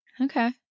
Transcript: Okay